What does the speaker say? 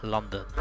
London